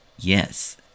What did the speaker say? Yes